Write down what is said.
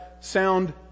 sound